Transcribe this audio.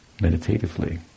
meditatively